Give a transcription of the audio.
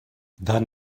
dann